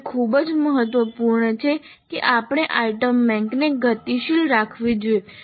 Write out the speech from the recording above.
તે ખૂબ જ મહત્વપૂર્ણ છે કે આપણે આઇટમ બેંકને ગતિશીલ રાખવી જોઈએ